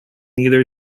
neither